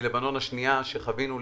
מ"לבנון השנייה" שחווינו.